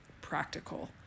Practical